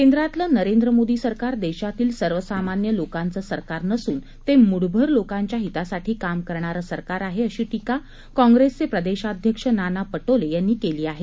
केंद्रातलं नरेंद्र मोदी सरकार देशातील सर्वसामान्य लोकांचं सरकार नसून ते मुठभर लोकांच्या हितासाठी काम करणारं सरकार आहे अशी टीका प्रदेशाध्यक्ष नाना पटोले यांनी केली आहे